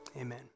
amen